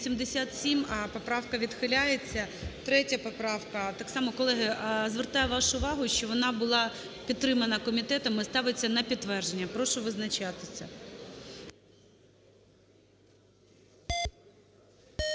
За-87 Поправка відхиляється. 3 поправка. Так само, колеги, звертаю вашу увагу, що вона була підтримана комітетом, і ставиться на підтвердження. Прошу визначатися.